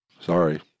sorry